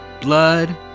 Blood